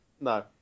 no